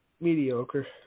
Mediocre